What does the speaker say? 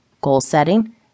goal-setting